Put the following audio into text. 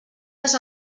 les